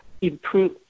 improve